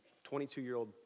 22-year-old